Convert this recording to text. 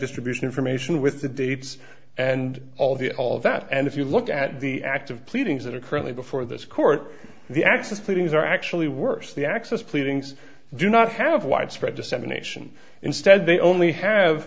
distribution information with the dates and all the all of that and if you look at the active pleadings that are currently before this court the access pleadings are actually worse the access pleadings do not have widespread dissemination instead they only have